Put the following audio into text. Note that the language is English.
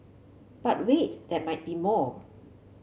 but wait there might be more